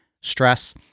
stress